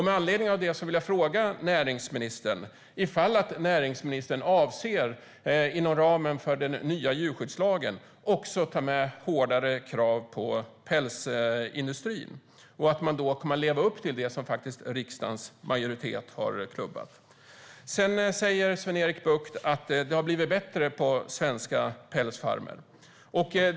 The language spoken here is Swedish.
Med anledning av det vill jag fråga näringsministern ifall han avser att inom ramen för den nya djurskyddslagen också ta med hårdare krav på pälsindustrin. Kommer man då att leva upp till det som riksdagens majoritet har klubbat? Sven-Erik Bucht säger att det har blivit bättre på svenska pälsfarmer.